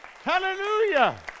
Hallelujah